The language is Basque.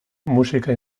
musika